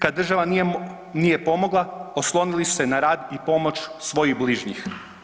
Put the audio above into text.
Kad država nije pomogla, oslonili su se na rad i pomoć svojih bližnjih.